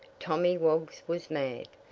tommy woggs was mad,